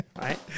Right